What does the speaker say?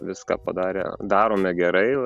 viską padarę darome gerai